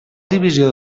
divisió